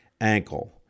ankle